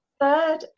third